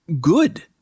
Good